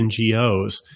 NGOs